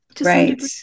right